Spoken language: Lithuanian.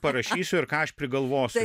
parašysiu ir ką aš prigalvosiu